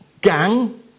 gang